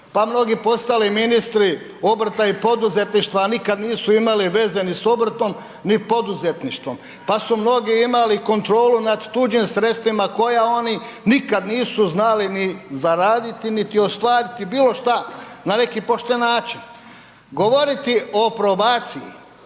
pa mnogi postali ministri obrta i poduzetništva, a nikad nisu imali veze ni s obrtom, ni poduzetništvom, pa su mnogi imali kontrolu nad tuđim sredstvima koja oni nikad nisu znali ni zaraditi, niti ostvariti bilo šta na neki pošten način. Govoriti o probaciji,